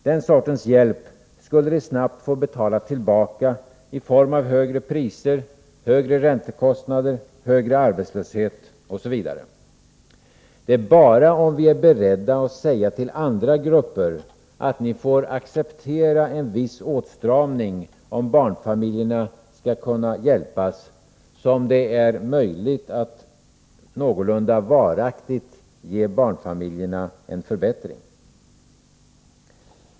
Den | sortens hjälp skulle de snabbt få betala tillbaka i form av högre priser, högre räntekostnader, högre arbetslöshet osv. Det är bara om vi är beredda att säga till andra grupper att ni får acceptera en viss åtstramning för att barnfamiljerna skall kunna hjälpas som det är möjligt att någorlunda varaktigt ge barnfamiljerna en förbättring.